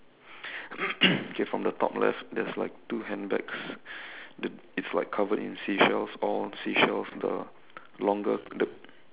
okay from the top left there's like two handbags the it's like covered in seashells all seashells the longer the